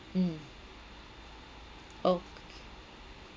mm okay